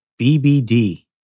BBD